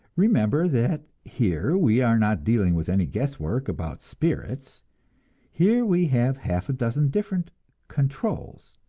remember that here we are not dealing with any guess work about spirits here we have half a dozen different controls,